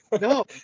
No